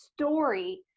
story